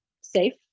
safe